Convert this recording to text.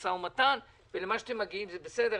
במשא ומתן ואל מה שאתם מגיעים זה בסדר,